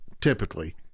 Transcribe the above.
typically